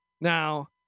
Now